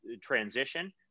transition